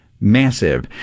Massive